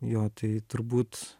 jo tai turbūt